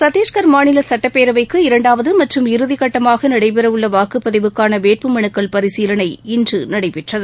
சத்திஷ்கர் மாநில சட்டப்பேரவைக்கு இரண்டாவது மற்றும் இறுதிகட்டமாக நடைபெற உள்ள வாக்குப்பதிவுக்கான வேட்புமனுக்கள் பரிசீலனை இன்று நடைபெற்றது